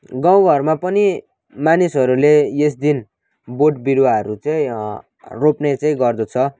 गाउँ घरमा पनि मानिसहरूले यस दिन बोट बिरुवाहरू चाहिँ रोप्ने चाहिँ गर्दछ